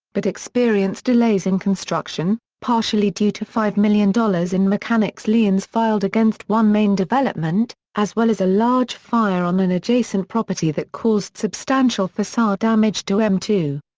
but experienced delays in construction, partially due to five million dollars in mechanics liens filed against one main development as well as a large fire on an adjacent property that caused substantial facade damage to m two.